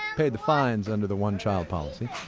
paid the fines under the one-child policy.